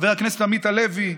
חבר הכנסת עמית הלוי,